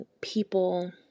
people